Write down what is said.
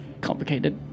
complicated